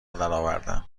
درآوردم